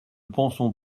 pensons